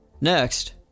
Next